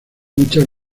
muchas